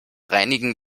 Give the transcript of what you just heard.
reinigen